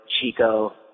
Chico